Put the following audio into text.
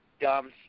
dumb